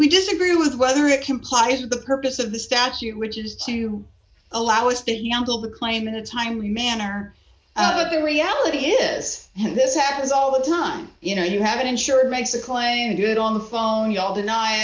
we disagree with whether it complies with the purpose of the statute which is to allow estate yankel the claim in a timely manner but the reality is and this happens all the time you know you have it insured makes a claim good on the phone you all deny